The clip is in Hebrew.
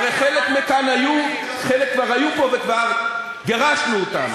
הרי חלק כבר היו פה וכבר גירשנו אותם.